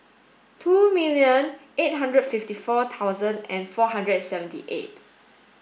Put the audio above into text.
two million eight hundred and fifty four thousand and four hundred and seventy eight